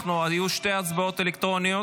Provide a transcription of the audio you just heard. יהיו שתי הצבעות אלקטרוניות.